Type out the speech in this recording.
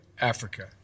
Africa